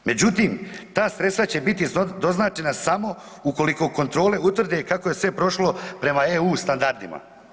Međutim, ta sredstva će biti doznačena smo ukoliko kontrole utvrde kako je sve prošlo prema EU standardima.